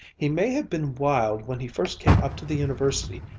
he may have been wild when he first came up to the university,